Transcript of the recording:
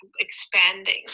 expanding